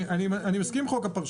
אני מסכים עם חוק הפרשנות,